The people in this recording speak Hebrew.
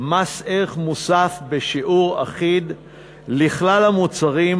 מס ערך מוסף בשיעור אחיד לכלל המוצרים,